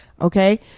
Okay